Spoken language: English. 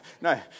no